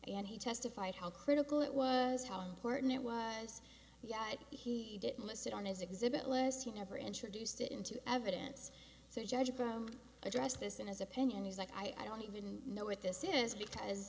and he testified how critical it was how important it was yet he listed on his exhibit was he never introduced into evidence so judge graham addressed this in his opinion is like i don't even know what this is because